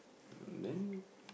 mm then